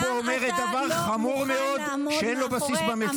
אני לא זורק מילים את אומרת פה דבר חמור מאוד שאין לו בסיס במציאות,